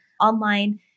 online